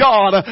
God